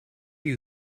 you